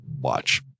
watch